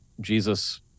Jesus